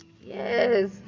Yes